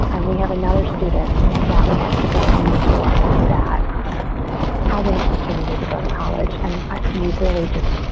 and we have another student that would like to go on the tour that um has an opportunity to go to college and you really just,